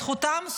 זכותם.